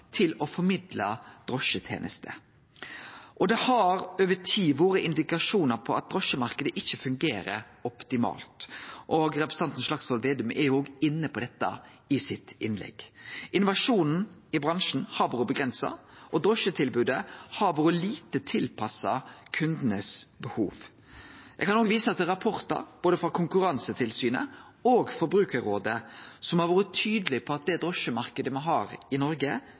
til å formidle drosjetenester. Det har over tid vore indikasjonar på at drosjemarknaden ikkje fungerer optimalt. Representanten Slagsvold Vedum var òg inne på dette i innlegget sitt. Innovasjonen i bransjen har vore avgrensa, og drosjetilbodet har vore lite tilpassa behova til kundane. Eg kan òg vise til rapportar både frå Konkurransetilsynet og frå Forbrukarrådet som har vore tydelege på at den drosjemarknaden me har i Noreg,